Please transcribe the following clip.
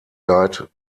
guide